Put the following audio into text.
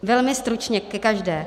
Velmi stručně ke každé.